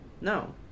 No